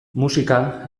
musika